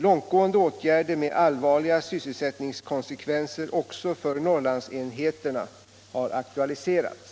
Långtgående åtgärder med allvarliga sysselsättningskonsekvenser = Västerbotten, också för Norrlandsenheterna har aktualiserats.